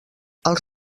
els